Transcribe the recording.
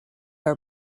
are